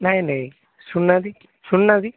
ନାଇଁ ନାଇଁ ଶୁଣୁନାହାନ୍ତି ଶୁଣୁନାହାନ୍ତି